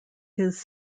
his